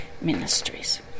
Ministries